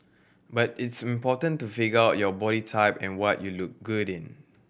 but it's important to figure out your body type and what you look good in